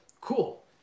Cool